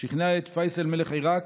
הוא שכנע את פייסל, מלך עיראק,